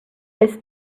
this